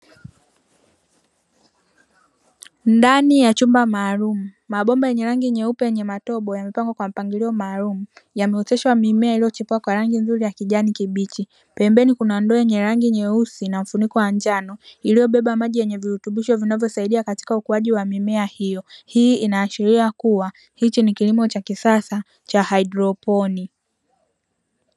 Ndani ya chumba maalumu mabomba yenye rangi nyeupe yenye matobo yamepangwa kwa mpangilio maalumu, yameoteshwa mimea iliyochipua kwa rangi nzuri ya kijani kibichi, pembeni kuna ndoo yenye rangi nyeusi na mfuniko wa njano iliyobeba maji yenye virutubisho vinavyosaidia katika ukuaji wa mimea hiyo, hii Ina ashiria kuwa hichi ni kilimo cha kisasa cha haidropini.